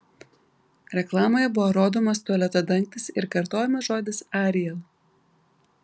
reklamoje buvo rodomas tualeto dangtis ir kartojamas žodis ariel